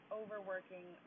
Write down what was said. overworking